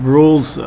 rules